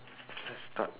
let's start